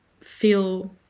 feel